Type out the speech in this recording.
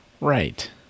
Right